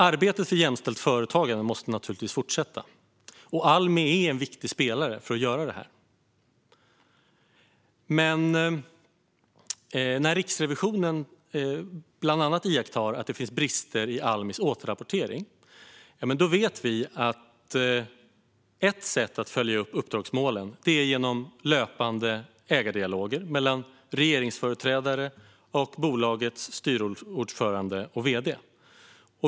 Arbetet för jämställt företagande måste naturligtvis fortsätta. Almi är en viktig spelare i detta. Men när Riksrevisionen bland annat gör iakttagelsen att det finns brister i Almis återrapportering vet vi samtidigt att ett sätt att följa upp uppdragsmålen är genom löpande ägardialoger mellan regeringsföreträdare och bolagets styrelseordförande och vd.